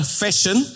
fashion